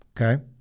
okay